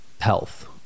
health